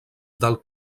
del